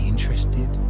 Interested